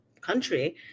country